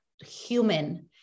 human